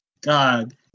God